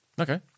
Okay